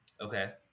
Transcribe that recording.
Okay